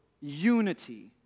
unity